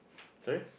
sorry